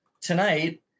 tonight